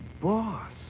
boss